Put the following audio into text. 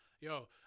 Yo